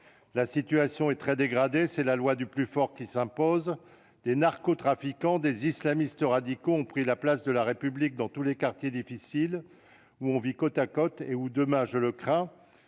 La situation est très dégradée ; c'est la loi du plus fort qui s'impose, celle des narcotrafiquants, des islamistes radicaux, qui ont pris la place de la République dans tous les quartiers difficiles où l'on vit côte à côte, et où, demain, je crains